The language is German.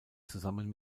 zusammen